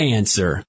Answer